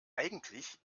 eigentlich